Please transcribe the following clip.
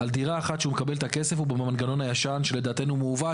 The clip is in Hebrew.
על דירה אחת שהוא מקבל את הכסף הוא במנגנון הישן שלדעתנו הוא מעוות.